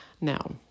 Now